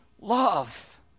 love